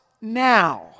now